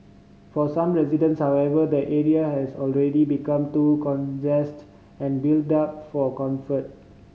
for some residents however the area has already become too congest and built up for comfort